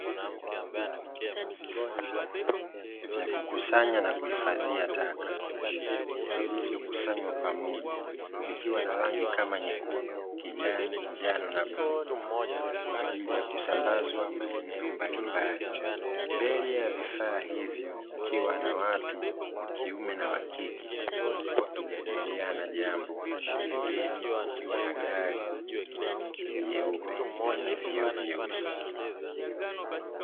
Vifaa vya kukusanya na kuhifadhia taka vilivyokusanywa pamoja, vikiwa na rangi kama: nyekundu, kijani, njano na bluu; kwa ajili ya kusambazwa maeneo mbalimbali. Mbele ya vifaa hivyo kukiwa na watu wa kiume na wa kike, wakijadiliana jambo. Pembeni kukiwa na gari jeupe lenye vioo vyeusi.